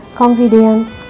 confidence